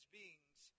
beings